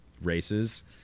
races